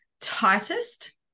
tightest